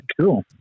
cool